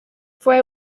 fue